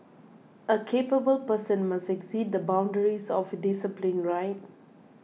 a capable person must exceed the boundaries of discipline right